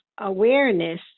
awareness